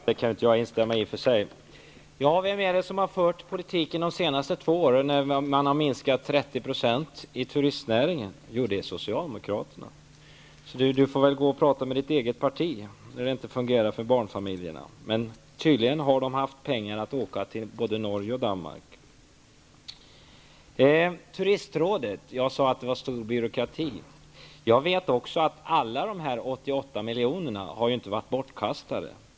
Herr talman! Vem är det som har fört politiken de senaste två åren, när turistnäringen har minskat med 30 %? Jo, det är Socialdemokraterna. Lennart Nilsson får gå och prata med sitt eget parti när det inte fungerar för barnfamiljerna. Men tydligen har de haft råd att åka till både Norge och Danmark. Jag sade att Turistrådet hade en stor byråkrati. Jag vet också att alla 88 miljoner inte har varit bortkastade.